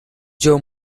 jaw